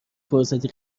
فرصتی